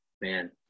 man